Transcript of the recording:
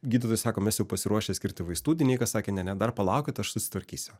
gydytojai sako mes jau pasiruošę skirti vaistų dineika sakė ne ne dar palaukit aš susitvarkysiu